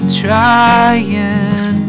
trying